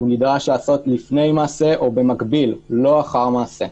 נדרש לעשות לפני מעשה או במקביל, לא לאחר מעשה,